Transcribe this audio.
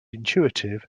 intuitive